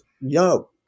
No